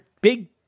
big